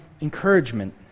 encouragement